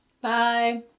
Bye